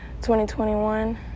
2021